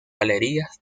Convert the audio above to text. galerías